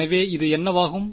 எனவே அது என்னவாகும்